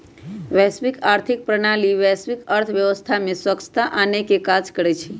वैश्विक आर्थिक प्रणाली वैश्विक अर्थव्यवस्था में स्वछता आनेके काज करइ छइ